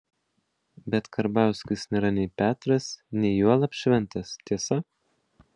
bet karbauskis nėra nei petras nei juolab šventas tiesa